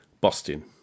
Boston